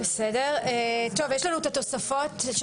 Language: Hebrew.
יש התוספות.